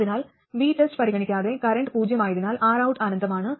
അതിനാൽ VTEST പരിഗണിക്കാതെ current പൂജ്യമായതിനാൽ Rout അനന്തമാണ്